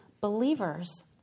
believers